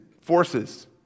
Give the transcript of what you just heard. forces